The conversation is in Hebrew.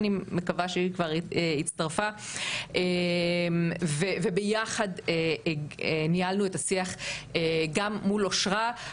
אני מקווה שהיא כבר הצטרפה וביחד ניהלנו את השיח גם מול אושרה.